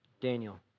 Daniel